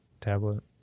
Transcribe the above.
tablet